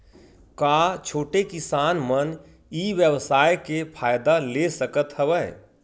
का छोटे किसान मन ई व्यवसाय के फ़ायदा ले सकत हवय?